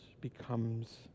becomes